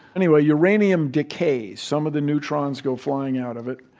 anyway, uranium decays. some of the neutrons go flying out of it.